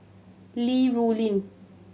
Li Rulin